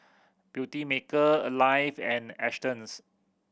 Beautymaker Alive and Astons